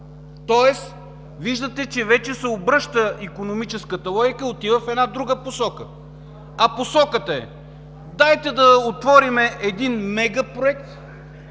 Тоест, виждате, че вече се обръща икономическата логика и отива в една друга посока, а посоката е: дайте да отворим един мегапроект,